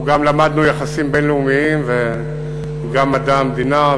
אנחנו גם למדנו יחסים בין-לאומיים וגם מדע המדינה,